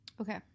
Okay